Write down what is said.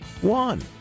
One